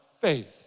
faith